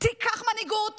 תיקח מנהיגות